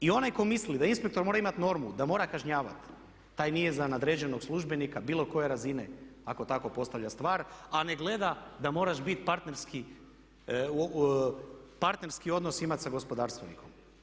I onaj tko misli da inspektor mora imati normu, da mora kažnjavati taj nije za nadređenog službenika bilo koje razine ako tako postavlja stvar, a ne gleda da moraš partnerski odnos imati sa gospodarstvenikom.